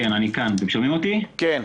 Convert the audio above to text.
בבקשה.